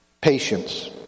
patience